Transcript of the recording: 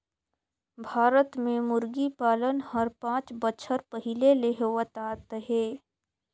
भारत में मुरगी पालन हर पांच बच्छर पहिले ले होवत आत हे